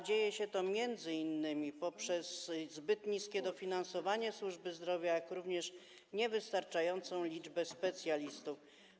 Dzieje się to m.in. z powodu zbyt niskiego dofinansowania służby zdrowia, jak również niewystarczającej liczby specjalistów.